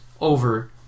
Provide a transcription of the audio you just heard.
over